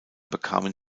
bekamen